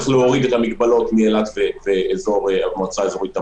צריך להוריד את המגבלות מאילת ואזור המועצה האזורית תמר,